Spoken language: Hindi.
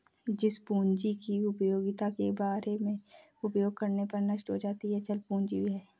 जिस पूंजी की उपयोगिता एक बार उपयोग करने पर नष्ट हो जाती है चल पूंजी है